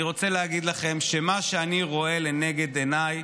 אני רוצה להגיד לכם שמה שאני רואה לנגד עיניי